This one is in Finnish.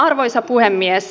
arvoisa puhemies